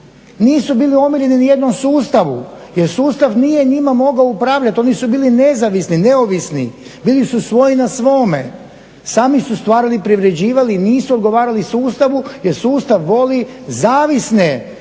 Nisu bili omiljeni ni u jednom sustavu jer sustav nije njima mogao upravljati, oni su bili nezavisni, neovisni. Bili su svoji na svome. Sami su stvarali i privređivali, nisu odgovarali sustavu jer sustav voli zavisne